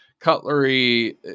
Cutlery